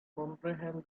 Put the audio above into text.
comprehend